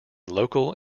local